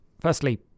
firstly